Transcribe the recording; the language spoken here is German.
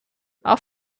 auch